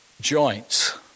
joints